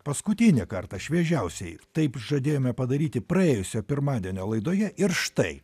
paskutinį kartą šviežiausiai taip žadėjome padaryti praėjusio pirmadienio laidoje ir štai